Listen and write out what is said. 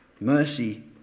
mercy